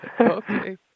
Okay